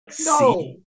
no